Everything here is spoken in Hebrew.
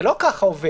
זה לא עובד ככה.